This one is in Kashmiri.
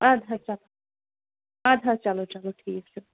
اَدٕ حظ چلو اَدٕ حظ چلو چلو ٹھیٖک چھُ